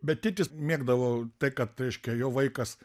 bet tėtis mėgdavo tai kad reiškia jo vaikas